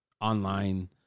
online